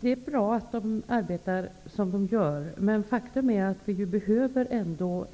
Det är bra att man på Kemikalieinspektionen arbetar på det sätt man gör, men faktum är att vi ändå